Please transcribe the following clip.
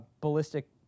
ballistic